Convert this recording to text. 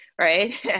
right